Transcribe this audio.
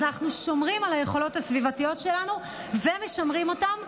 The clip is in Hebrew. אז אנחנו שומרים על היכולות הסביבתיות שלנו ומשמרים אותן,